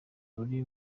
buri